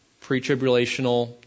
pre-tribulational